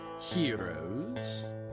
heroes